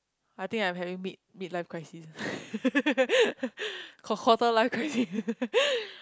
I think I'm having mid mid life crisis quar~ quarter life crisis